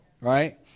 Right